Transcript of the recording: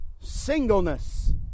singleness